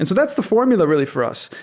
and that's the formula really for us.